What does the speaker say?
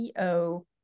CEO